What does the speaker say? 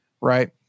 Right